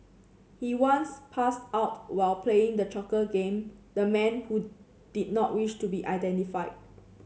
he once passed out while playing the choking game the man who did not wish to be identified